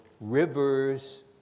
rivers